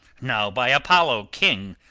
now by apollo, king,